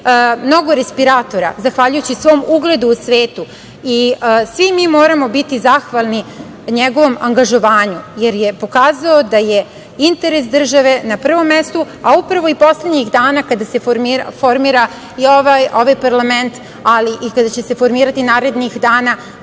mnogo respiratora zahvaljujući svom ugledu u svetu i svi mi moramo biti zahvalni njegovom angažovanju jer je pokazao da je interes države na prvom mestu, a upravo i poslednjih dana kada se formira i ovaj parlament, ali i kada će se formirati narednih dana,